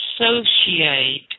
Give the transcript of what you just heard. associate